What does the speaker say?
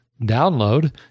download